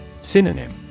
Synonym